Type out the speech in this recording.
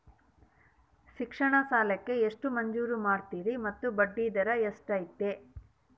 ಶಿಕ್ಷಣ ಸಾಲಕ್ಕೆ ಎಷ್ಟು ಮಂಜೂರು ಮಾಡ್ತೇರಿ ಮತ್ತು ಬಡ್ಡಿದರ ಎಷ್ಟಿರ್ತೈತೆ?